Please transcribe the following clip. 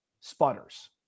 sputters